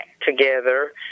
together